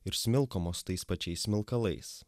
ir smilkomos tais pačiais smilkalais